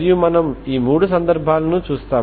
మరియు మనము ఈ మూడు సందర్భాలను చూస్తాము